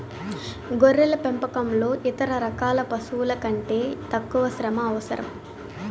గొర్రెల పెంపకంలో ఇతర రకాల పశువుల కంటే తక్కువ శ్రమ అవసరం